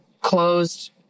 closed